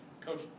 Coach